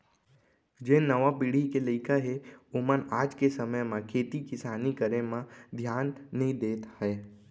जेन नावा पीढ़ी के लइका हें ओमन आज के समे म खेती किसानी करे म धियान नइ देत हें